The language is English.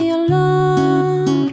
alone